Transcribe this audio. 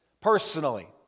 personally